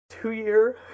two-year